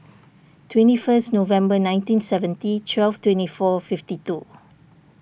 twenty first November nineteen seventy twelve twenty four fifty two